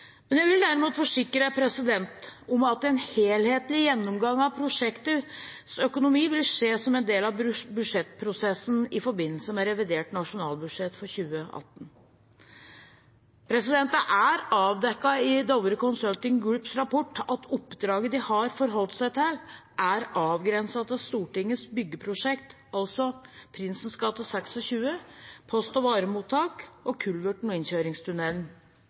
Jeg vil derimot forsikre om at en helhetlig gjennomgang av prosjektets økonomi vil skje som en del av budsjettprosessen i forbindelse med revidert nasjonalbudsjett for 2018. Det er avdekket i Dovre Group Consultings rapport at oppdraget de har forholdt seg til, er avgrenset til Stortingets byggeprosjekt, altså Prinsens gate 26, post- og varemottaket og kulverten og innkjøringstunnelen.